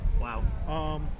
Wow